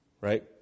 Right